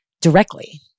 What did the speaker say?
directly